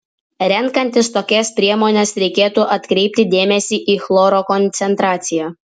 renkantis tokias priemones reikėtų atkreipti dėmesį į chloro koncentraciją